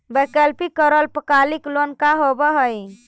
वैकल्पिक और अल्पकालिक लोन का होव हइ?